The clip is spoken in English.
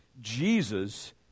Jesus